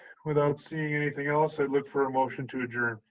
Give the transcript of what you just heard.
without seeing anything else, i look for a motion to adjourn.